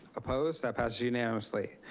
opposed, that passes unanimously.